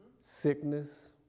sickness